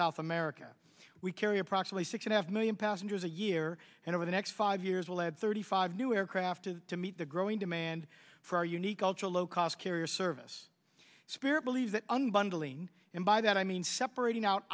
south america we carry approximately six and a half million passengers a year and over the next five years will add thirty five new aircraft to to meet the growing demand for our unique ultra low cost carrier service spare believe that unbundling and by that i mean separating out